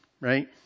Right